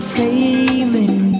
failing